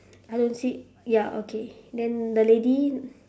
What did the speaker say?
I don't see ya okay then the lady